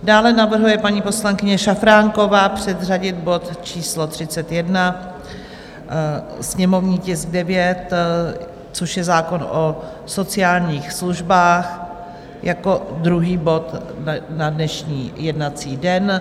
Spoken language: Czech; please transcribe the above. Dále navrhuje paní poslankyně Šafránková předřadit bod číslo 31, sněmovní tisk 9, což je zákon o sociálních službách, jako druhý bod na dnešní jednací den.